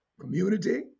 Community